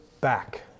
back